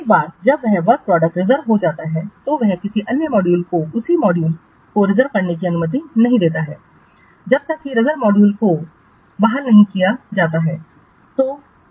एक बार जब वह वर्क प्रोडक्टस रिजर्वहो जाता है तो वह किसी अन्य मॉड्यूल को उसी मॉड्यूल को रिजर्वकरने की अनुमति नहीं देता है जब तक कि रिजर्वमॉड्यूल को बहाल नहीं किया जाता है